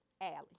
Allie